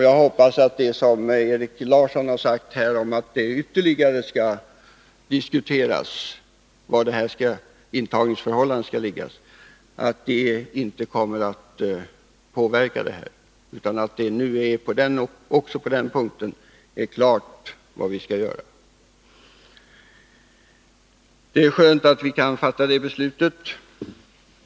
Jag hoppas att vad Erik Larsson har sagt här om att vi ytterligare bör diskutera var intagningsförfarandet skall läggas inte kommer att påverka det beslutet, utan att det också på den punkten nu är klart vad vi skall göra. Det är skönt att vi kan fatta det beslutet.